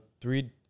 three